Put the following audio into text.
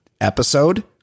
episode